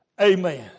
Amen